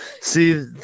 See